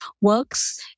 works